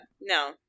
No